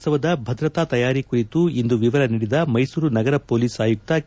ದಸರಾ ಉತ್ತವದ ಭದ್ರತಾ ತಯಾರಿ ಕುರಿತು ಇಂದು ವಿವರ ನೀಡಿದ ಮೈಸೂರು ನಗರ ಪೋಲಿಸ್ ಆಯುಕ್ತ ಕೆ